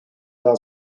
daha